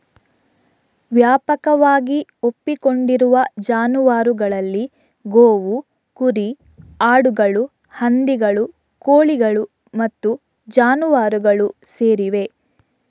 ವ್ಯಾಪಕವಾಗಿ ಒಪ್ಪಿಕೊಂಡಿರುವ ಜಾನುವಾರುಗಳಲ್ಲಿ ಗೋವು, ಕುರಿ, ಆಡುಗಳು, ಹಂದಿಗಳು, ಕೋಳಿಗಳು ಮತ್ತು ಜಾನುವಾರುಗಳು ಸೇರಿವೆ